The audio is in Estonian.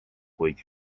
kuid